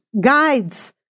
guides